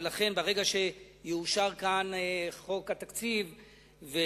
ולכן ברגע שיאושרו כאן חוק התקציב וחוק